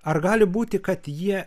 ar gali būti kad jie